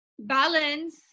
balance